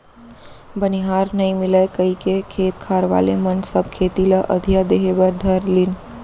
बनिहार नइ मिलय कइके खेत खार वाले मन सब खेती ल अधिया देहे बर धर लिन